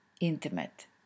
intimate